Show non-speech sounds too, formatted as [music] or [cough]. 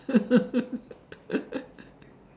[laughs]